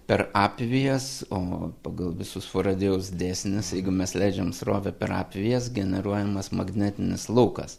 per apvijas o pagal visus faradėjaus dėsnius jeigu mes leidžiam srovę per apvijas generuojamas magnetinis laukas